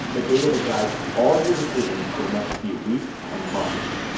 the data that guides all your decisions for the next few weeks and months